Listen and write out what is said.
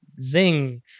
zing